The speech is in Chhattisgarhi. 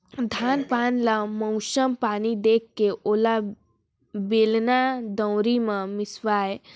धान पान ल मउसम पानी देखके ओला बेलना, दउंरी मे मिसवाए